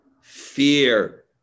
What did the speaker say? fear